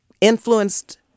influenced